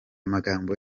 magambo